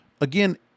Again